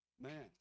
man